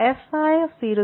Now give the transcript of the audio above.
fy0 0 क्या है